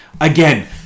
Again